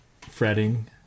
fretting